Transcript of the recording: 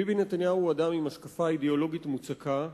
ביבי נתניהו הוא אדם עם השקפה אידיאולוגית מוצקה.